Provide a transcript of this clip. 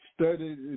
studied